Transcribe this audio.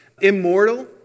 immortal